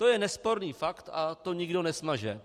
To je nesporný fakt a to nikdo nesmaže.